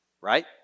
Right